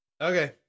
Okay